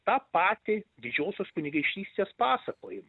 tą patį didžiosios kunigaikštystės pasakojimą